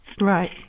Right